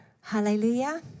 Hallelujah